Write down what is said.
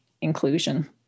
inclusion